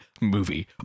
movie